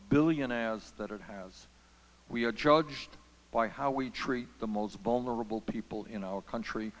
billionaires that it has we are judged by how we treat the most vulnerable people in our country